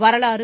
வரலாறு